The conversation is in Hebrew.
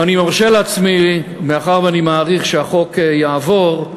ואני ארשה לעצמי, מאחר שאני מעריך שהחוק יעבור,